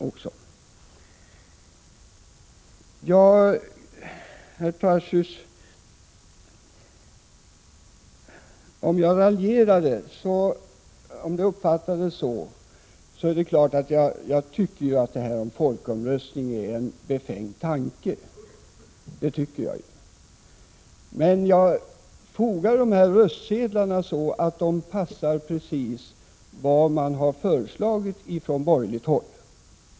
Herr Tarschys uppfattade det så att jag raljerade, och det är riktigt att jag tycker att det är en befängd tanke att ordna en folkomröstning om detta — det tycker jag. Man jag utformade röstsedlarna så att de passar precis vad man har föreslagit från borgerligt håll.